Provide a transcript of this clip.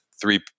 three